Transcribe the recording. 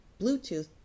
Bluetooth